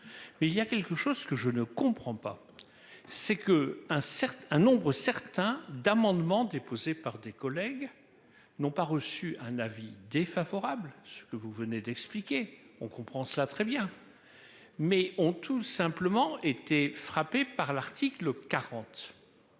Mais il y a quelque chose que je ne comprends pas c'est que un certain nombre certains d'amendements déposés par des collègues. N'ont pas reçu un avis défavorable. Ce que vous venez d'expliquer, on comprend cela très bien. Mais ont tout simplement été frappé par l'article 40.